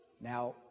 Now